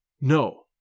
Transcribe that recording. No